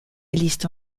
élisent